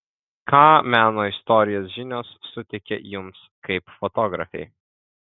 ką meno istorijos žinios suteikia jums kaip fotografei